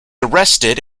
arrested